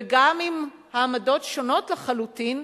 וגם אם העמדות שונות לחלוטין,